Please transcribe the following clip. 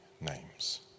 names